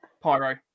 pyro